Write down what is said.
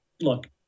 look